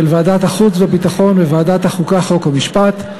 של ועדת החוץ והביטחון וועדת החוקה, חוק ומשפט.